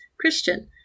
Christian